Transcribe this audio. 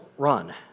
run